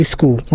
School